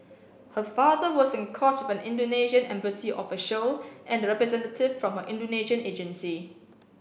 her father was in court with an Indonesian embassy official and a representative from her Indonesian agency